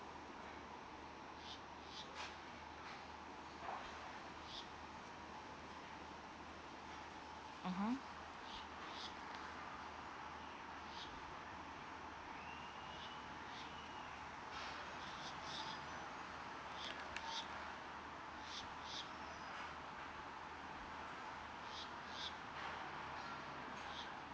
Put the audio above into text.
mmhmm